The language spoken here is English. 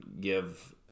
give